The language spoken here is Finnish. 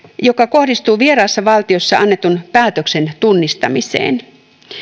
joka kohdistuu vieraassa valtiossa annetun päätöksen tunnistamiseen